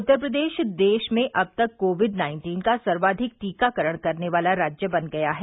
उत्तर प्रदेश देश में अब तक कोविड नाइन्टीन का सर्वाधिक टीकाकरण करने वाला राज्य बन गया है